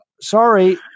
sorry